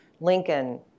Lincoln